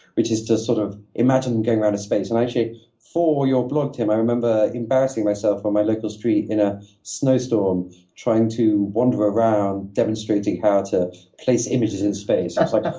which is to sort of imagine going around a space. and actually for your blog, tim, i remember embarrassing myself on my local street in a snowstorm trying to wander around demonstrating how to place images in space. i was like,